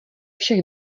všech